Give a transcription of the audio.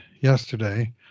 yesterday